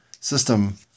system